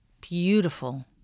beautiful